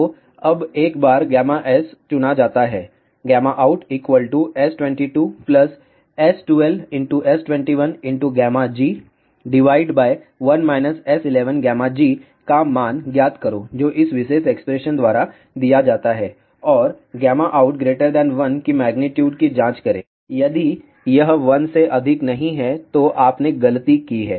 तो अब एक बार s चुना जाता है outS22S12S21g1 S11g का मान ज्ञात करो जो इस विशेष एक्सप्रेशन द्वारा दिया जाता है और out 1 की मेग्नीट्यूड की जाँच करेंयदि यह 1 से अधिक नहीं है तो आपने गलती की है